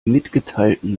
mitgeteilten